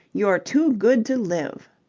you're too good to live.